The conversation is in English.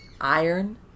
Iron